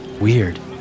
weird